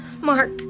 Mark